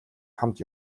хамт